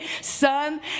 Son